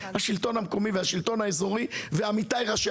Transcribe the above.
השלטון המקומי והשלטון האזורי ועמיתיי ראשי